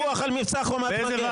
ומה עם פיקוח על מבצע חומת מגן?